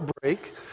break